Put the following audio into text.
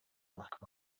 black